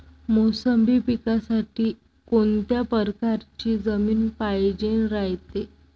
मोसंबी पिकासाठी कोनत्या परकारची जमीन पायजेन रायते?